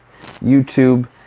youtube